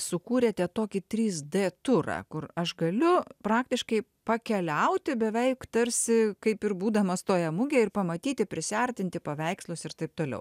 sukūrėte tokį trys d turą kur aš galiu praktiškai pakeliauti beveik tarsi kaip ir būdamas toje mugėj ir pamatyti prisiartinti paveikslus ir taip toliau